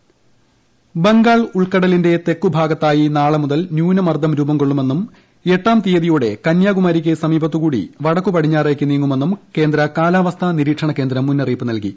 കാലാവസ്ഥ ബംഗാൾ ഉൾക്കടലിന്റെ തെക്കു ഭാഗത്തായി നാളെ മുതൽ രൂപംകൊള്ളുമെന്നും എട്ടാം തീയതിയോടെ ന്യുനമർദ്ദം കന്യാകുമാരിക്ക് സമീപത്തുകൂടി വടക്കു പടിഞ്ഞാറേയ്ക്ക് നീങ്ങുമെന്നും കേന്ദ്ര കാലാവസ്ഥ നിരീക്ഷണ കേന്ദ്രം മുന്നറിയിപ്പ് നൽകി